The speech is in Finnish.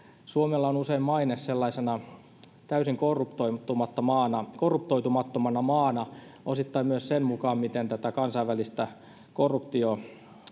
suomella on usein maine täysin korruptoitumattomana korruptoitumattomana maana osittain myös sen mukaan miten kansainvälistä korruptiolistausta